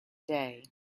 day